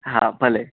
હા ભલે